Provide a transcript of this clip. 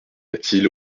latil